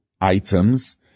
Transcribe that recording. items